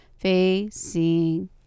Facing